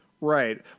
Right